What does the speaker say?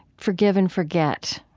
forgive and forget,